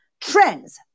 Trends